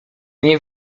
nie